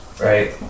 right